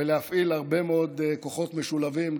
להפעיל הרבה מאוד כוחות משולבים,